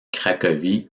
cracovie